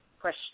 question